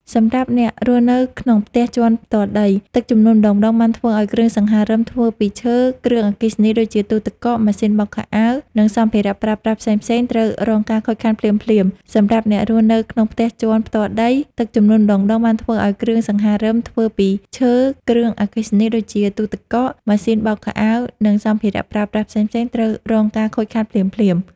សម្រាប់អ្នករស់នៅក្នុងផ្ទះជាន់ផ្ទាល់ដី ទឹកជំនន់ម្តងៗបានធ្វើឱ្យគ្រឿងសង្ហារឹមធ្វើពីឈើ គ្រឿងអគ្គិសនីដូចជាទូទឹកកក ម៉ាស៊ីនបោកខោអាវ និងសម្ភារៈប្រើប្រាស់ផ្សេងៗត្រូវរងការខូចខាតភ្លាមៗ សម្រាប់អ្នករស់នៅក្នុងផ្ទះជាន់ផ្ទាល់ដី ទឹកជំនន់ម្តងៗបានធ្វើឱ្យគ្រឿងសង្ហារឹមធ្វើពីឈើ គ្រឿងអគ្គិសនីដូចជាទូទឹកកក ម៉ាស៊ីនបោកខោអាវ និងសម្ភារៈប្រើប្រាស់ផ្សេងៗត្រូវរងការខូចខាតភ្លាមៗ